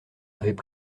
avaient